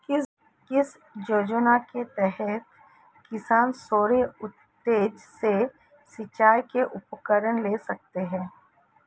किस योजना के तहत किसान सौर ऊर्जा से सिंचाई के उपकरण ले सकता है?